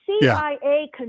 CIA